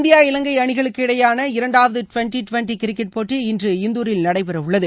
India இவங்கை அணிகளுக்கிடையேயான இரண்டாவது டிவென்டி டிவென்டி கிரிக்கெட் போட்டி இன்று இந்தூரில் நடைபெற உள்ளது